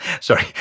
sorry